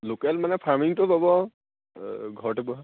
local মানে ফাৰ্মিংটো পাবা আৰু ঘৰটো পোৱা